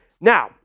now